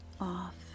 off